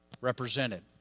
represented